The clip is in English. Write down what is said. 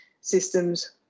systems